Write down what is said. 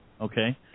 Okay